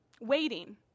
Waiting